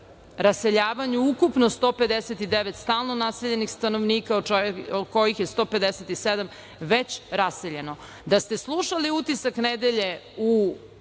raseljavanju ukupno 159 stalno naseljenih stanovnika od kojih je 157 već raseljeno. Da ste slušali „Utisak nedelje“ u